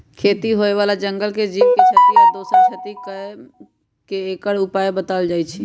खेती से होय बला जंगल के जीव के क्षति आ दोसर क्षति कम क के एकर उपाय् बतायल जाइ छै